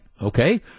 Okay